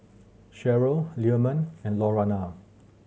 Cheryl Leamon and Lurana